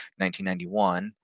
1991